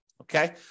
Okay